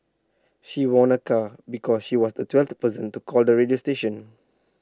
she won A car because she was the twelfth person to call the radio station